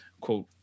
quote